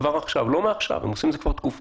לא מעכשיו, הם עושים את זה כבר תקופה.